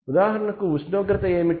ఉదాహరణకు ఉష్ణోగ్రత ఏమిటి